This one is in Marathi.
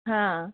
हां